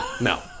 No